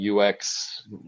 UX